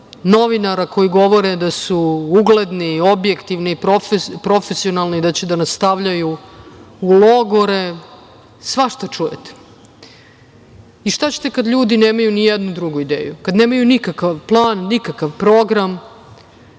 novinara koji govore da su ugledni, objektivni, profesionalni da će da nas stavljaju u logore. Svašta čujete. Šta ćete kada ljudi nemaju ni jednu drugu ideju, kada nemaju nikakav plan, nikakav program,